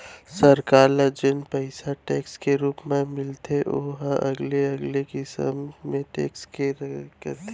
सरकार ल जेन पइसा टेक्स के रुप म मिलथे ओ ह अलगे अलगे किसम के टेक्स के रहिथे